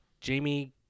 Jamie